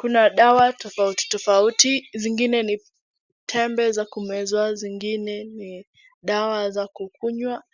Kuna dawa rofauti tofauti, zingine ni tembe za kumeza na zingine ni dawa za kukunywa